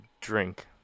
drink